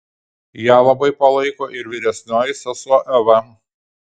ją labai palaiko ir vyresnioji sesuo eva